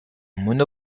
mono